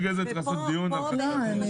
בדיוק בגלל זה צריך לערוך דיון על חדשנות בחקלאות.